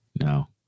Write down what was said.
No